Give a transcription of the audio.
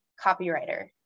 copywriter